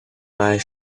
eyes